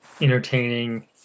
entertaining